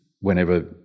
whenever